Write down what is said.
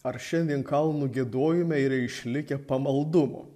ar šiandien kalnų giedojime yra išlikę pamaldumo